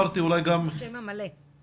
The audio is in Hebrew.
אני